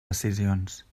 decisions